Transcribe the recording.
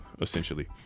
essentially